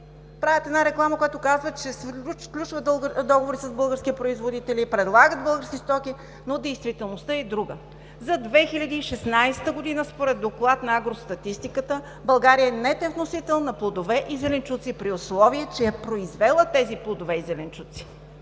правят реклама, която казва, че се сключват договори с български производители и предлагат български стоки, но действителността е друга. Според доклад на агростатистиката за 2016 г. България е нетен вносител на плодове и зеленчуци, при условие че е произвела тези плодове и зеленчуци